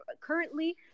currently